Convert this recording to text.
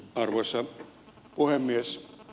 arvoisa puhemies